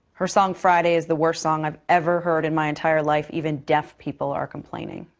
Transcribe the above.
her song friday is the worst song i've ever heard in my entire life. even deaf people are complaining.